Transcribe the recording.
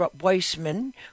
Weissman